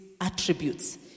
Attributes